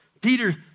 Peter